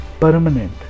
permanent